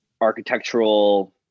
architectural